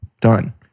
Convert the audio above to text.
done